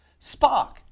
Spock